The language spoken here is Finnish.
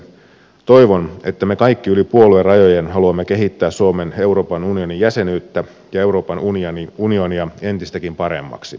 toivon että me kaikki yli puoluerajojen haluamme kehittää suomen euroopan unionin jäsenyyttä ja euroopan unionia entistäkin paremmaksi